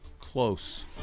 close